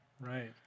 Right